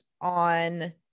on